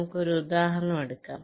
നമുക്ക് ഒരു ഉദാഹരണം എടുക്കാം